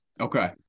Okay